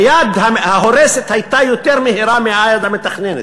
היד ההורסת הייתה יותר מהירה מהיד המתכננת.